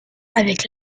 avec